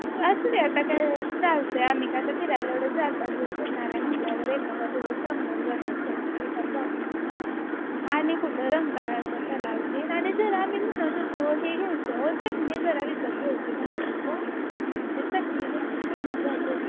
असू दे आता काय चालतं आहे आम्ही काय आता फिरायला एवढं चारपाच दिवस येणार आहे म्हणल्यावर एखादा दिवस जमवून जातं आहे सोडा ते काही प्रॉब्लेम नाही मग आणि कुठं रंकाळ्याचा तलाव तिन आणि जरा आम्ही म्हणत होतो हे घ्यायचं हो चटणी जरा विकत घ्यायची म्हणत होतो मग ते चटणी तेन तुम्ही कुठून